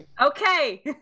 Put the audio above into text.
Okay